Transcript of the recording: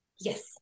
Yes